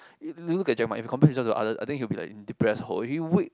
look at Jeremiah if he compare himself to other I think he'll be like depressed hor he week